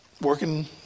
working